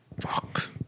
Fuck